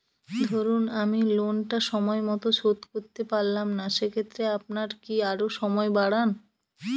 ধরুন আমি লোনটা সময় মত শোধ করতে পারলাম না সেক্ষেত্রে আপনার কি আরো সময় বাড়ান?